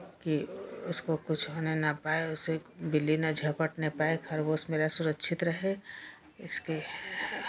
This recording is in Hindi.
की उसको कुछ होने ना पाए उसे बिल्ली ना झपटने पाए खरगोश मेरा सुरक्षित रहे इसके